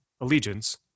allegiance